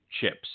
chips